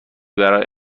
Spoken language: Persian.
برای